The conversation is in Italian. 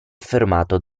affermato